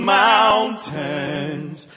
mountains